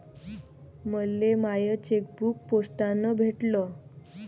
मले my chequebook पोस्टानं भेटल